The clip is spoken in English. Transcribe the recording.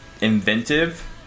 inventive